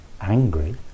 angry